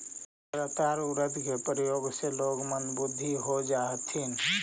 लगातार उड़द के प्रयोग से लोग मंदबुद्धि हो जा हथिन